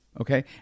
okay